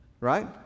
right